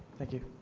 thank you.